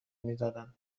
میدادن